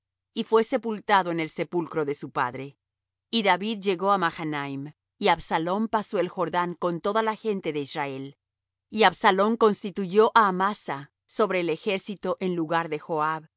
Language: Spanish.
y fué sepultado en el sepulcro de su padre y david llegó á mahanaim y absalom pasó el jordán con toda la gente de israel y absalom constituyó á amasa sobre el ejército en lugar de joab